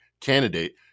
candidate